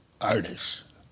artists